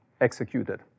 executed